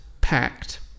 packed